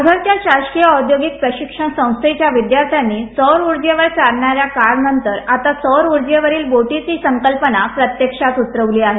पालघरच्या शासकीय औद्योगिक प्रशिक्षण संस्थेच्या च्या विद्यार्थ्यांनी सौर ऊर्जेवर चालणाऱ्या कार नंतर आता सौर ऊर्जेवरील बोटीची संकल्पना प्रत्यक्षात उतरवली आहे